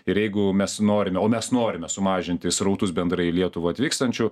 ir jeigu mes norime o mes norime sumažinti srautus bendrai į lietuvą atvykstančių